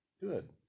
Good